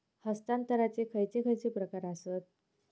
हस्तांतराचे खयचे खयचे प्रकार आसत?